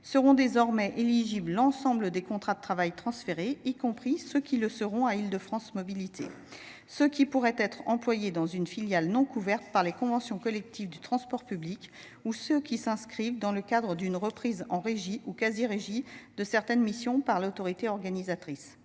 Seront désormais éligibles l’ensemble des contrats de travail transférés, y compris ceux qui le seront à IDFM, ceux qui pourraient être employés dans une filiale non couverte par les conventions collectives du transport public ou ceux qui s’inscrivent dans le cadre d’une reprise en régie ou quasi régie de certaines missions par l’autorité organisatrice.